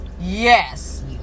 Yes